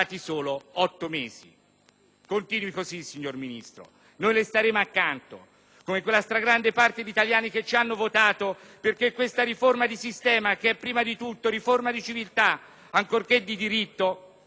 Continui così, signor Ministro! Noi le staremo accanto, come quella stragrande parte degli italiani che ci hanno votato perché questa riforma di sistema, che è prima di tutto riforma di civiltà ancorché di diritto, si attui.